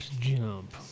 jump